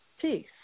peace